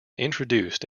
introduced